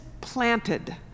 planted